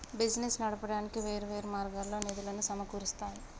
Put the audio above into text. business నడపడానికి వేర్వేరు మార్గాల్లో నిధులను సమకూరుత్తారు